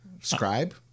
scribe